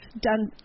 done